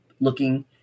looking